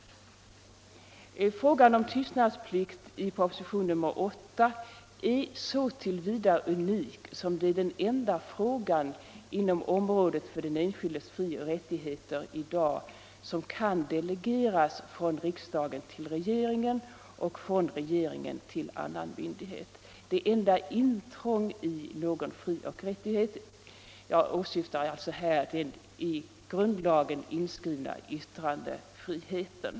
Förslaget om tystnadsplikt i propositionen 8 är så till vida unikt som det gäller den enda fråga inom området för den enskildes frioch rättigheter som kan delegeras från riksdagen till regeringen och från regeringen till annan myndighet och alltså innebär det enda intrånget i dessa frioch rättigheter.